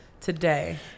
today